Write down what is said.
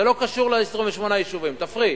זה לא קשור ל-28 יישובים, תפריד.